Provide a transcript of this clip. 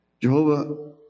Jehovah